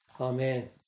Amen